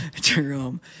Jerome